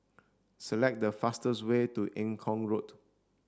select the fastest way to Eng Kong Road